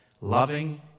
Loving